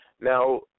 Now